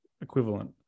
equivalent